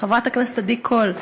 חברת הכנסת עדי קול,